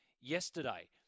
yesterday